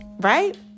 right